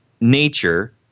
nature